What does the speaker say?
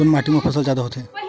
कोन माटी मा फसल जादा होथे?